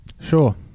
Sure